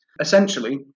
Essentially